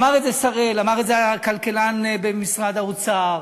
אמר את זה הכלכלן הראשי במשרד האוצר,